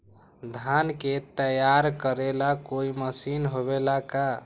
धान के तैयार करेला कोई मशीन होबेला का?